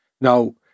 Now